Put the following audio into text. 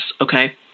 okay